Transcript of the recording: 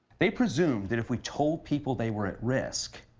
they presumed that if we told people they were at risk,